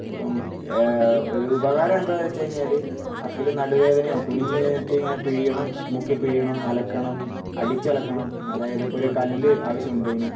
ഇപ്പം ഒരു ഉപകാരം എന്താണെന്നു വച്ച് കഴിഞ്ഞാൽ ആർക്കെങ്കിലും നടുവേദനയോ കുനിഞ്ഞു നിന്നിട്ട് ഇങ്ങനെ പിഴിയണം മുക്കി പിഴിയണം അലക്കണം അടിച്ചു അലക്കണം അതായത് ഇപ്പോൾ ഒരു കല്ല് ആവശ്യമുണ്ട് അതിന്